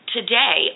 Today